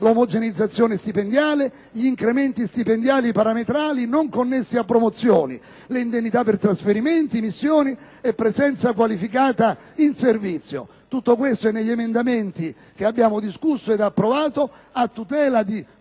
l'omogenizzazione stipendiale, gli incrementi stipendiali parametrali non connessi a promozioni, le indennità per trasferimenti, missioni e presenza qualificata in servizio. Tutto questo è negli emendamenti che abbiamo discusso ed approvato a tutela di prestazioni